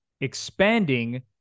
expanding